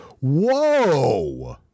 Whoa